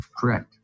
Correct